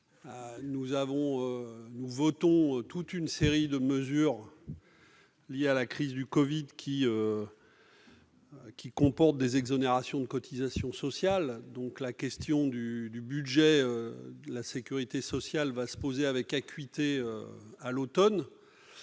Nous votons toute une série de mesures liées à la crise du covid-19 qui prévoient des exonérations de cotisations sociales. La question du budget de la sécurité sociale va donc se poser avec acuité cet automne.